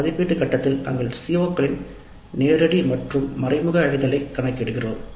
மதிப்பீட்டு கட்டத்தில் நாங்கள் CO களின் நேரடி மற்றும் மறைமுக அடைதலை கணக்கிடுகிறோம்